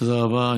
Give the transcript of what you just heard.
תודה רבה.